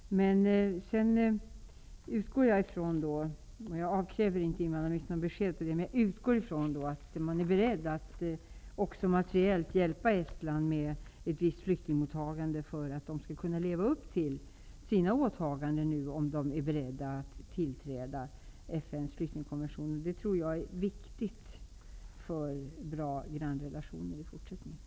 Jag avkräver inte invandrarministern något besked, men jag utgår ifrån att man är beredd att också materiellt hjälpa Estland med ett visst flyktingmottagande för att Estland skall kunna leva upp till sina åtaganden, om Estland nu är beredd att tillträda FN:s flyktingkommission. Detta är viktigt för goda grannrelationer i fortsättningen.